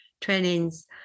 trainings